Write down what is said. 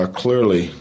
clearly